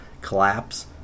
collapse